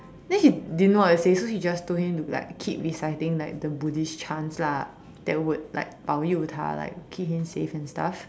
then he didn't know what to say so he just told him to like keep reciting the buddhist chants lah that would like 保佑他 like keep him safe and stuff